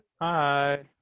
hi